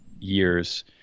years